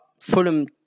Fulham